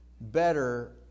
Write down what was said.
better